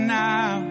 now